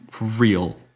real